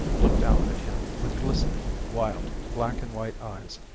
looked out at him with glistening, wild, black-and-white eyes,